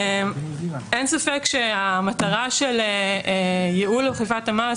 אין ספק שהמטרה של ייעול אכיפת המס